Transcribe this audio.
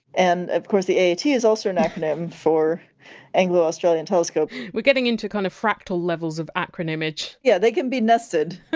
and of course the aat is also an acronym for anglo-australian telescope we're getting into kind of fractal levels of acronymage yeah they can be nested.